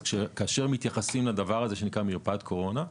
כאשר מתייחסים לדבר הזה שנקרא מרפאת קורונה,